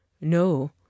No